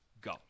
go